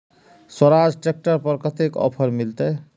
Swaraj tractor पर कतेक offer मिलते?